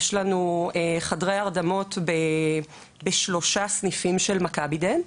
יש לנו חדרי הרדמה בשלושה סניפים של "מכבי דנט",